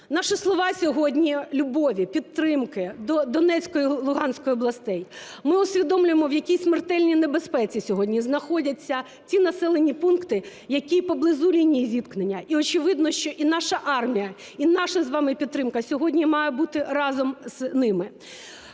Наші слова сьогодні любові, підтримки до Донецької і Луганської областей. Ми усвідомлюємо, в якій смертельній небезпеці сьогодні знаходяться ті населені пункти, які поблизу лінії зіткнення. І очевидно, що і наша армія, і наша з вами підтримка сьогодні має бути разом з ними.